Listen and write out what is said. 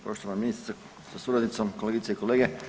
Poštovana ministrice sa suradnicom, kolegice i kolege.